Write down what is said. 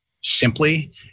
simply